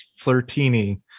flirtini